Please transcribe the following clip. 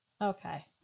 okay